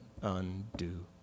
undo